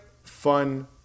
Fun